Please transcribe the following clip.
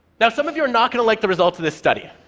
now, some of you are not going to like the results of this study